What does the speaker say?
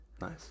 nice